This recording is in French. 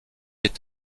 est